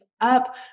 up